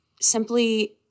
simply